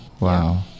Wow